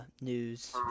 news